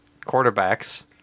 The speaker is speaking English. quarterbacks